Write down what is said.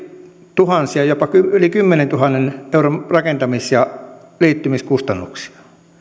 tuhansia jopa yli kymmenentuhannen euron rakentamis ja liittymiskustannuksia